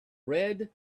red